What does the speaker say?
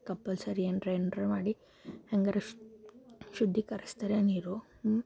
ಕಪ್ಪಲ್ಸರಿ ಏನಾರ ಏನಾರ ಮಾಡಿ ಹೆಂಗಾದ್ರೂ ಶುದ್ಧೀಕರಿಸ್ತಾರೆ ನೀರು